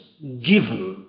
given